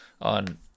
on